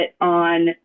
on